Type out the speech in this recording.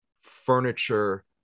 furniture